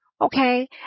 Okay